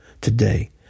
today